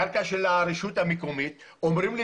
קרקע של הרשות המקומית אומרים לי